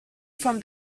from